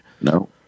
no